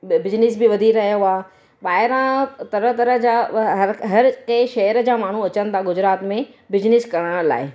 बि बिज़नेस बि वधी रहियो आहे ॿाहिरां तरह तरह जा व हर हर कंहिं शहर जा माण्हू अचनि था गुजरात में बिज़नेस करण लाइ